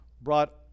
brought